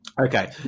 Okay